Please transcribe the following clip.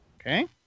Okay